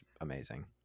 amazing